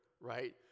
right